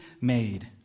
made